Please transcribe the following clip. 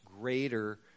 greater